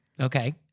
Okay